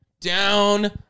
Down